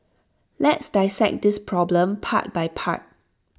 let's dissect this problem part by part